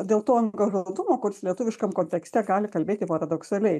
dėl to angažuotumo kuris lietuviškam kontekste gali kalbėti paradoksaliai